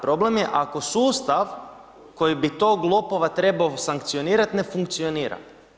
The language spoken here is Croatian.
Problem je ako sustav koji bi tog lopova trebao sankcionirati ne funkcionira.